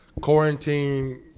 quarantine